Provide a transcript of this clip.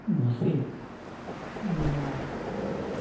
Mohsin Noman